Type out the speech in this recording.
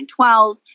2012